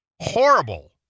Horrible